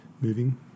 moving